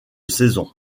saison